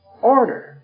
order